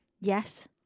Yes